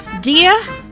Dear